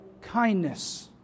kindness